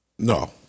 No